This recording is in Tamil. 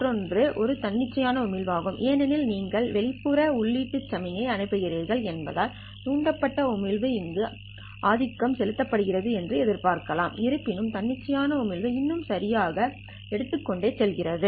மற்றொன்று ஒரு தன்னிச்சையான உமிழ்வு ஆகும் ஏனெனில் நீங்கள் வெளிப்புற உள்ளீட்டு சமிக்ஞை அனுப்புகிறீர்கள் என்பதால் தூண்டப்பட்ட உமிழ்வு இங்கு ஆதிக்கம் செலுத்துகிறது என்று எதிர்பார்க்கலாம் இருப்பினும் தன்னிச்சையான உமிழ்வு இன்னும் சரியாக எடுத்துக்கொண்டே செல்கிறது